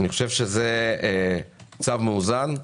אני חושב שזה צו מאוזן.